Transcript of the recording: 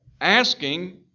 asking